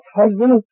husband